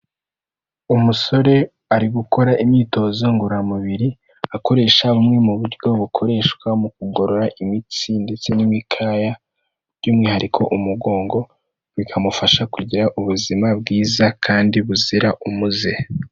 Umusore ari gukora imyitozo ngororamubiri akoresha bumwe mu buryo bukoreshwa mu kugorora imitsi ndetse n'imikaya by'umwihariko umugongo, bikamufasha kugira ubuzima bwiza kandi buzira umuze.